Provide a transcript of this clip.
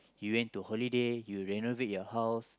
you went to holiday you renovate your house